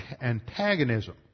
antagonism